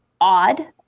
odd